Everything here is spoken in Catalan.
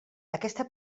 aquesta